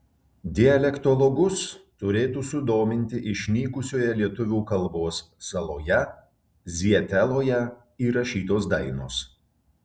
dialektologus turėtų sudominti išnykusioje lietuvių kalbos saloje zieteloje įrašytos dainos